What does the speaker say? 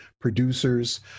producers